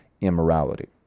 immorality